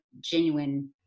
genuine